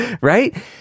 Right